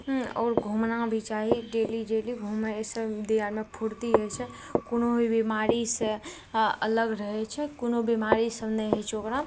आओर घुमना भी चाही डेली डेली घुमैसँ देह आरम फुर्ती होइ छै कोनो भी बीमारीसँ अलग रहै छै कोनो बीमारी सभ नहि होइ छै ओकरा